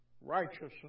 righteousness